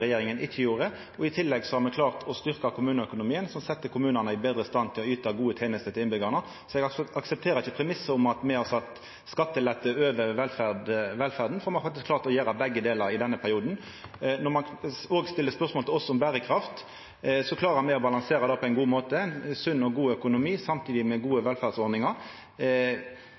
regjeringa ikkje gjorde. I tillegg har me klart å styrkja kommuneøkonomien, som set kommunane betre i stand til å yta gode tenester til innbyggjarane. Så eg aksepterer ikkje premissen om at me har sett skattelette over velferda, for me har faktisk greidd å gjera begge delar i denne førre perioden. Når ein òg stiller spørsmål til oss om berekraft, klarer me å balansera det på ein god måte – sunn og god økonomi saman med gode velferdsordningar.